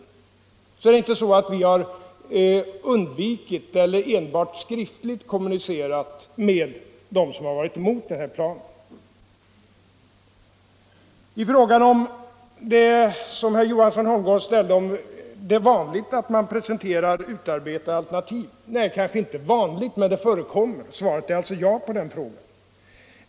Det är alltså inte så att vi har undvikit eller enbart skriftligt kommunicerat med dem som har varit emot denna plan. Herr Johansson i Holmgården frågade om det var vanligt att man presenterade utarbetade alternativ. Det är kanske inte vanligt, men det förekommer, och svaret på frågan blir alltså ja.